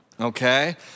okay